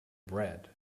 bread